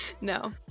No